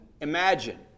imagine